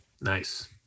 Nice